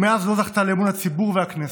ומאז לא זכתה לאמון הציבור והכנסת.